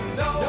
no